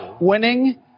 winning